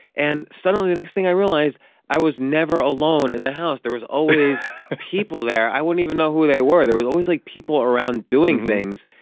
and suddenly the next thing i realize i was never alone in the house, there was always people there. i wouldn't even know who they were. there was always like people around doing things,